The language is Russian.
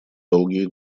долгие